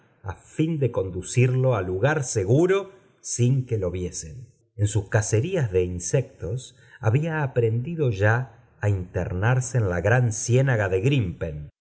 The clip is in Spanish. á fin de coi id ucirlo á lugar seguro sin que lo viesen en sus cacerías de insectos había aprendido ya á interinarse en la gran ciénaga de grimpen y